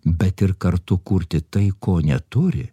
bet ir kartu kurti tai ko neturi